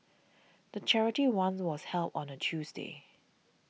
the charity run was held on a Tuesday